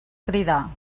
cridar